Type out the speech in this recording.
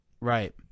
Right